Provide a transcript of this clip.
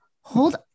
hold